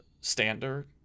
standard